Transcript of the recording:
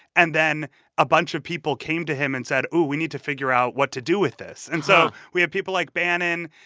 and then a bunch of people came to him and said, we need to figure out what to do with this. and so we had people like bannon,